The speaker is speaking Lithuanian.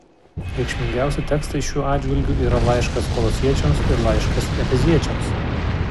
reikšmingiausi tekstai šiuo atžvilgiu yra laiškas kolosiečiams ir laiškas efeziečiams